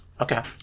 Okay